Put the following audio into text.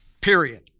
Period